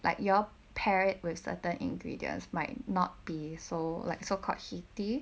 like you all pair it with certain ingredients might not be so like so called heaty